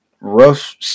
rough